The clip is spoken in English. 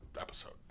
episode